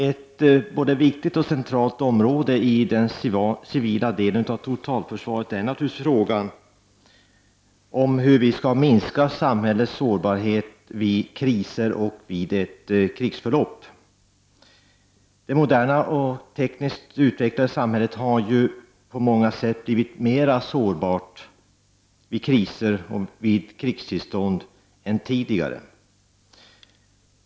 Ett viktigt och centralt område i den civila delen av totalförsvaret är naturligtvis frågan om hur vi skall minska samhällets sårbarhet vid kriser och vid ett krigsförlopp. Det moderna och tekniskt utvecklade samhället har ju på många sätt blivit mer sårbart vid kriser och vid krigstillstånd än tidigare.